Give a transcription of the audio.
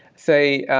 say,